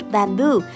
Bamboo